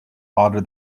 harder